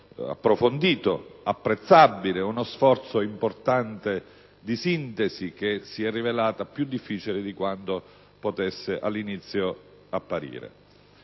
approfondito, apprezzabile, uno sforzo importante di sintesi che si è rivelato più difficile di quanto potesse apparire